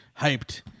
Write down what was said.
Hyped